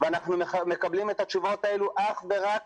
ואנחנו מקבלים את התשובות האלה אך ורק